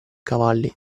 cavalli